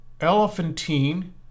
elephantine